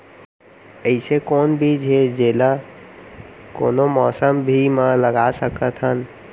अइसे कौन बीज हे, जेला कोनो मौसम भी मा लगा सकत हन?